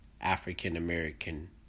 African-American